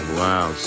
wow